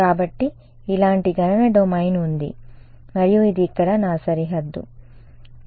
కాబట్టి ఇలాంటి గణన డొమైన్ ఉంది మరియు ఇది ఇక్కడ నా సరిహద్దు సరే